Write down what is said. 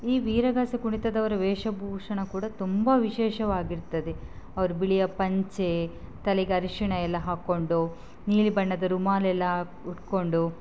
ಈ ವೀರಗಾಸೆ ಕುಣಿತದವರ ವೇಷಭೂಷಣ ಕೂಡ ತುಂಬ ವಿಶೇಷವಾಗಿರ್ತದೆ ಅವ್ರ ಬಿಳಿಯ ಪಂಚೆ ತಲೆಗೆ ಅರಿಶಿಣ ಎಲ್ಲ ಹಾಕಿಕೊಂಡು ನೀಲಿ ಬಣ್ಣದ ರುಮಾಲು ಎಲ್ಲ ಹಾಕಿ ಉಟ್ಟುಕೊಂಡು